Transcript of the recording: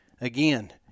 Again